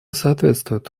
соответствует